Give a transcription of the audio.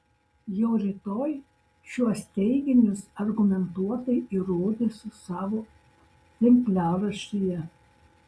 jau rytoj šiuos teiginius argumentuotai įrodysiu savo tinklaraštyje